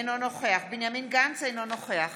אינו נוכח בנימין גנץ, אינו נוכח